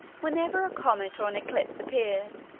whenever a comet or an eclipse appeared,